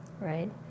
right